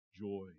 joy